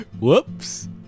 Whoops